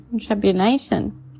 tribulation